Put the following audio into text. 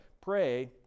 Pray